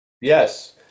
Yes